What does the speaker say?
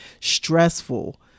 stressful